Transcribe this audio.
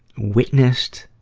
witnessed